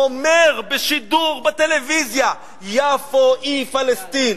אומר בשידור בטלוויזיה: יפו היא פלסטין.